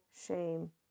shame